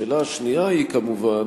השאלה השנייה היא כמובן